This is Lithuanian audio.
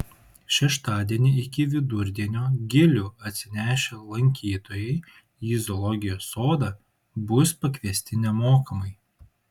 šeštadienį iki vidurdienio gilių atsinešę lankytojai į zoologijos sodą bus pakviesti nemokamai